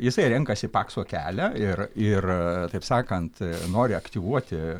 jisai renkasi pakso kelią ir ir taip sakant nori aktyvuoti